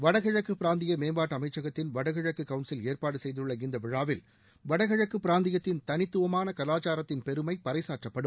வடகிழக்கு பிராந்திய மேம்பாட்டு அமைச்சகத்தின் வடகிழக்கு கவுன்சில் ஏற்பாடு செய்துள்ள இந்த விழாவில் வடகிழக்கு பிராந்தியத்தின் தனித்துவமான கலாச்சாரத்தின் பெருமை பறைசாற்றப்படும்